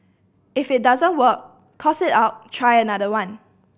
if it doesn't work toss it out try another one